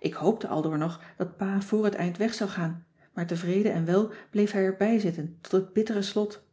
ik hoopte aldoor nog dat pa voor t eind weg zou gaan maar tevreden en wel bleef hij er bij zitten tot het bittere slot